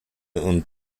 und